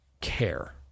care